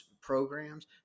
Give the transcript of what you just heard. programs